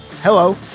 hello